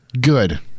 Good